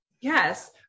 yes